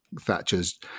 Thatcher's